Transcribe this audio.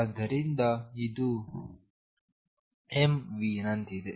ಆದ್ದರಿಂದ ಇದು m v ನಂತಿದೆ